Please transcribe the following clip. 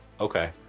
okay